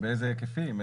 באיזה היקפים?